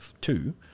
two